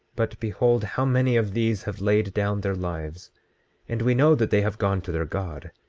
but behold how many of these have laid down their lives and we know that they have gone to their god,